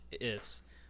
ifs